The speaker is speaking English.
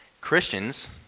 Christians